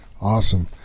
Awesome